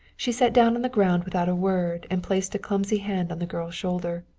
she sat down on the ground without a word and placed a clumsy hand on the girl's shoulder.